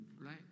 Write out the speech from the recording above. right